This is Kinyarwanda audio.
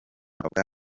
avuga